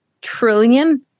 trillion